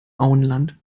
auenland